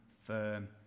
firm